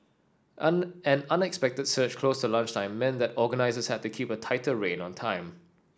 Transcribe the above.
an an unexpected surge close the lunchtime meant that organisers had to keep a tighter rein on time